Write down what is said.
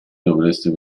dovreste